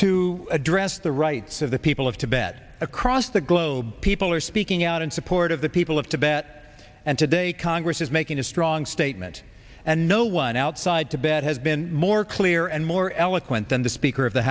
to address the rights of the people of tibet across the globe people are speaking out in support of the people of tibet and today congress is making a strong statement and no one outside tibet has been more clear and more eloquent than the speaker of the